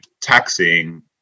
taxing